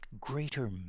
greater